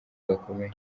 gakomeye